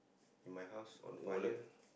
if my house on fire